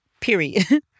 period